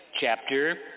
chapter